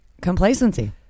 Complacency